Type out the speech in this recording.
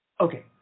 okay